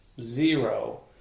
zero